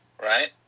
right